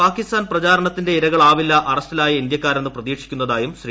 പാകിസ്ഥാൻ പ്രചാരണത്തിന്റെ ഇരകളാവില്ല അറസ്റ്റിലായ ഇന്ത്യാക്കാരെന്ന് പ്രതീക്ഷിക്കുന്നതായും ശ്രീ